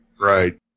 Right